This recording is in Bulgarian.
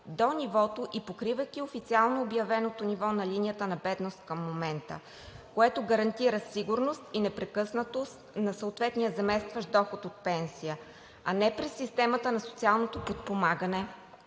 осигуряване, покривайки официално обявеното ниво на линията на бедност към момента, което гарантира сигурност и непрекъснатост на съответния заместващ доход от пенсия, а не през системата на социалното подпомагане,